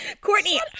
Courtney